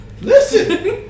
Listen